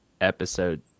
episode